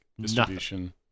distribution